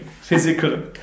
physical